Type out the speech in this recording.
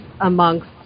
amongst